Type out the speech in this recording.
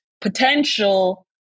potential